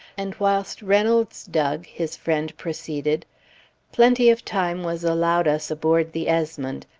and whilst reynolds dug, his friend proceeded plenty of time was allowed us aboard the esmond.